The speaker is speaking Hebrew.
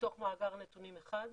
לתוך מאגר נתונים אחד,